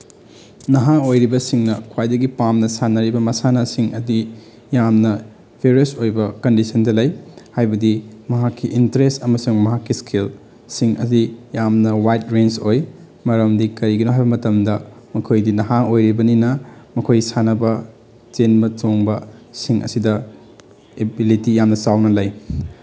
ꯅꯍꯥ ꯑꯣꯏꯔꯤꯕꯁꯤꯡꯅ ꯈ꯭ꯋꯥꯏꯗꯒꯤ ꯄꯥꯝꯅ ꯁꯥꯟꯅꯔꯤꯕ ꯃꯁꯥꯟꯅꯁꯤꯡ ꯑꯗꯤ ꯌꯥꯝꯅ ꯐꯦꯔꯁ ꯑꯣꯏꯕ ꯀꯟꯗꯤꯁꯟꯗ ꯂꯩ ꯍꯥꯏꯕꯗꯤ ꯃꯍꯥꯛꯀꯤ ꯏꯟꯇ꯭ꯔꯦꯁ ꯑꯃꯁꯨꯡ ꯃꯍꯥꯛꯀꯤ ꯏꯁꯀꯤꯜꯁꯤꯡ ꯑꯗꯤ ꯌꯥꯝꯅ ꯋꯥꯏꯠ ꯔꯦꯟꯖ ꯑꯣꯏ ꯃꯔꯝꯗꯤ ꯀꯩꯒꯤꯅꯣ ꯍꯥꯏꯕ ꯃꯇꯝꯗ ꯃꯈꯣꯏꯗꯤ ꯅꯍꯥ ꯑꯣꯏꯔꯤꯕꯅꯤꯅ ꯃꯈꯣꯏ ꯁꯥꯟꯅꯕ ꯆꯦꯟꯕ ꯆꯣꯡꯕ ꯁꯤꯡ ꯑꯁꯤꯗ ꯑꯦꯕꯤꯂꯤꯇꯤ ꯌꯥꯝꯅ ꯆꯥꯎꯅ ꯂꯩ